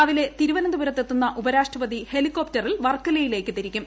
രാവിലെ തിരുവനന്തപുരത്തെത്തുന്ന ഉപരാഷ്ട്രപതി ഹെലികോപ്റ്ററിൽ വർക്കലയിലേക്ക് തിരിക്കും